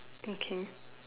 okay